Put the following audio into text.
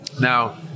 Now